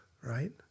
right